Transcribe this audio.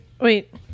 Wait